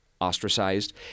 ostracized